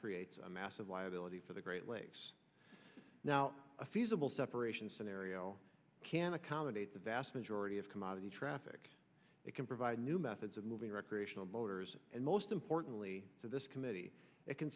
creates a massive liability for the great lakes now a feasible separation scenario can accommodate the vast majority of commodity traffic that can provide new methods of moving recreational motors and most importantly to this committee it can